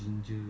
steamed